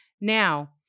Now